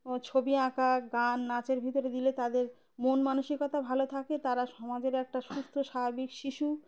ও ছবি আঁকা গান নাচের ভিতরে দিলে তাদের মন মানসিকতা ভালো থাকে তারা সমাজের একটা সুস্থ স্বাভাবিক শিশু